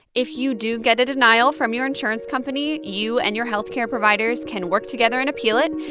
if you do get a denial from your insurance company, you and your health care providers can work together and appeal it.